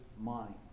mind